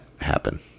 happen